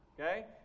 Okay